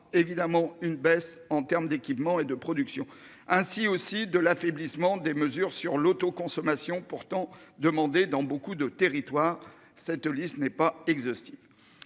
évidemment une baisse en terme d'équipements et de production ainsi aussi de l'affaiblissement des mesures sur l'autoconsommation pourtant demandé dans beaucoup de territoires, cette liste n'est pas exhaustive.